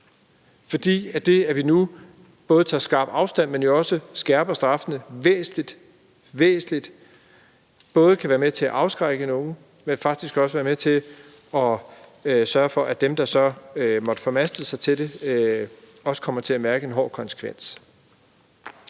Det, at vi nu både tager skarpt afstand, men også skærper straffene væsentligt, kan både være med til at afskrække nogle, men kan faktisk også være med til at sørge for, at dem, der så måtte formaste sig til det, også kommer til at mærke en hård konsekvens.